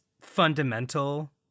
fundamental